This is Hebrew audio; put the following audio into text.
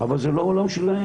אבל זה לא העולם שלהם.